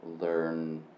learn